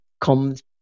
comes